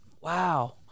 wow